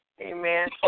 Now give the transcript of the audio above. amen